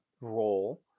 role